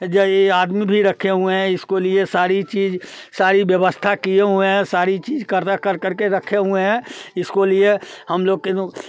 जो ये आदमी भी रखे हुए हैं इसको लिए सारी चीज सारी व्यवस्था किए हुए हैं सारी चीज कर करके रखे हुए हैं इसको लिए हम लोग के लोग